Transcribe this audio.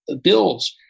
bills